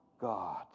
God